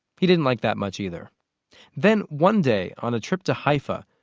he didn't like that much either then one day, on a trip to haifa,